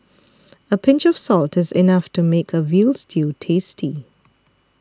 a pinch of salt is enough to make a Veal Stew tasty